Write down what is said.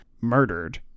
murdered